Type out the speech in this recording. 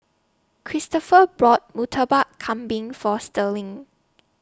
Kristopher brought Murtabak Kambing For Sterling